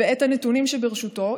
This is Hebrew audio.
ואת הנתונים שברשותו,